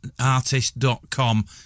artist.com